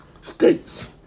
states